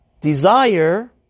desire